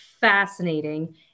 fascinating